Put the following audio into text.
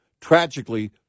Tragically